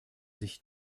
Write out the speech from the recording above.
sich